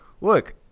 look